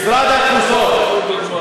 משרד, דוגמה.